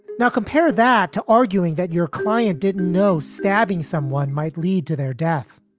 now, compare that to arguing that your client didn't know stabbing someone might lead to their death.